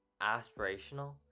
aspirational